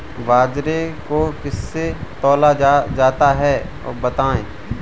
बाजरे को किससे तौला जाता है बताएँ?